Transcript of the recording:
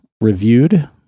reviewed